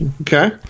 Okay